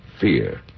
Fear